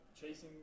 chasing